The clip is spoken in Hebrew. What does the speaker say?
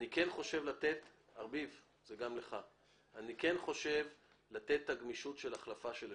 זה לתת את הגמישות בהחלפה של אשכולות.